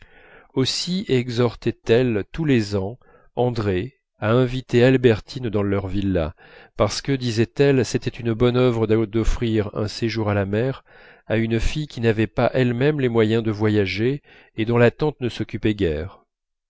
aussi exhortait elle tous les ans andrée à inviter albertine dans leur villa parce que disait-elle c'était une bonne œuvre d'offrir un séjour à la mer à une fille qui n'avait pas elle-même les moyens de voyager et dont la tante ne s'occupait guère